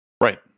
Right